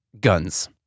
guns